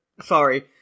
Sorry